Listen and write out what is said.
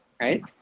right